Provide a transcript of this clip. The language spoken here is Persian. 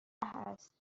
است